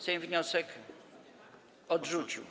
Sejm wniosek odrzucił.